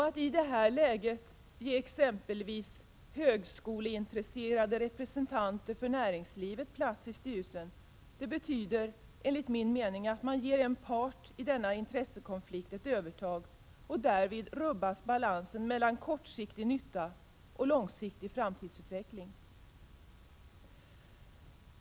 Att i detta läge ge exempelvis högskoleintresserade representanter för näringslivet plats i styrelsen betyder, enligt min mening, att man ger en part i denna intressekonflikt ett övertag. Därvid rubbas balansen mellan kortsiktig nytta och långsiktig framtidsutveckling.